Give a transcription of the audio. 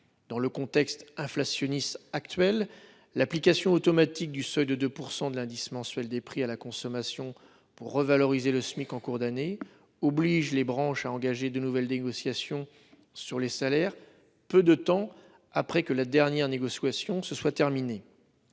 Dans le contexte inflationniste actuel, l'application automatique du seuil de 2 % de l'indice mensuel des prix à la consommation pour revaloriser le Smic en cours d'année oblige les branches à engager de nouvelles négociations sur les salaires peu de temps après que la dernière négociation s'est terminée.